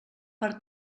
per